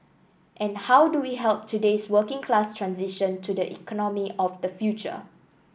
and how do we help today's working class transition to the economy of the future